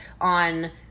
on